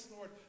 Lord